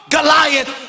Goliath